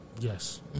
Yes